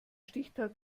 stichtag